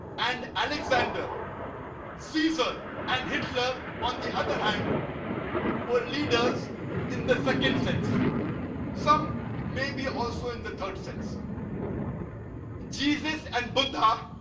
and alexander caesar and hitler on the other hand were leaders in the second sense some maybe also in the third sense jesus and buddha